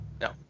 No